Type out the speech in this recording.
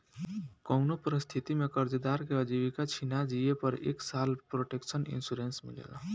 कउनो परिस्थिति में कर्जदार के आजीविका छिना जिए पर एक साल प्रोटक्शन इंश्योरेंस मिलेला